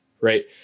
right